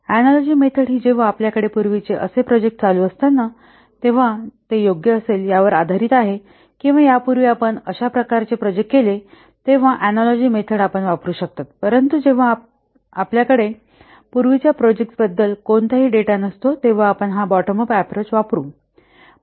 analogy method हि जेव्हा आपल्याकडे पूर्वीचे असे प्रोजेक्ट चालू असतात तेव्हा ते योग्य असेल यावर आधारित आहे किंवा यापूर्वी आपण अशा प्रकारचे प्रोजेक्ट केले तेव्हा अनालॉजि मेथड आपण वापरू शकता परंतु जेव्हा आपल्याकडे पूर्वीच्या प्रोजेक्ट्स बद्दल कोणताही डेटा नसतो तेव्हा आपण हा बॉटम अप अँप्रोच वापरू